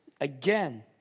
again